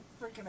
freaking